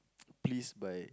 pleased by